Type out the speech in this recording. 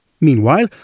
Meanwhile